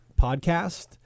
podcast